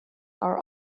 are